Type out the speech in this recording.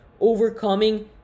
overcoming